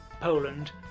Poland